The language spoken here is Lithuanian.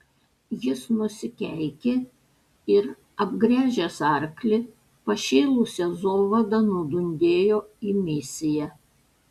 jis nusikeikė ir apgręžęs arklį pašėlusia zovada nudundėjo į misiją